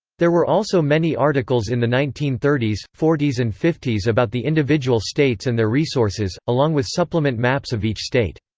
there were also many articles in the nineteen thirty s, forty s and fifty s about the individual states and their resources, along with supplement maps of each state.